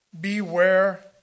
beware